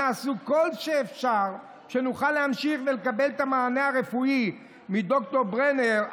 אנא עשו כל שאפשר כדי שנוכל להמשיך ולקבל את המענה הרפואי מד"ר ברנר,